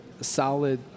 solid